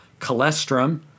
cholesterol